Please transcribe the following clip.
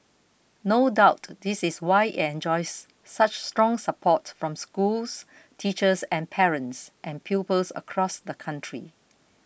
no doubt this is why enjoys such strong support from schools teachers and parents and pupils across the country